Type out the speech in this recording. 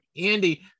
Andy